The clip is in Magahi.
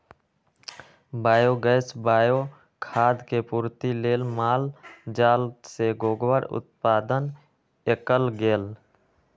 वायोगैस, बायो खाद के पूर्ति लेल माल जाल से गोबर उत्पादन कएल गेल